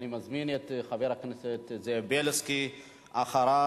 אני מזמין את חבר הכנסת זאב בילסקי, אחריו,